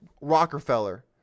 Rockefeller